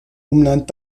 umland